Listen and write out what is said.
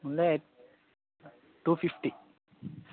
ముందే two fifty